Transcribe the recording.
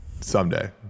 Someday